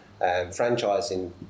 Franchising